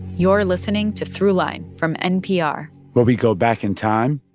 you're listening to throughline from npr where we go back in time.